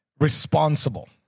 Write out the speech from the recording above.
responsible